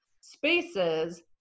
spaces